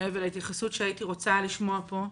ולהתייחסות שהייתי רוצה לשמוע פה,